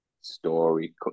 story